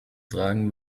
tragen